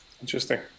Interesting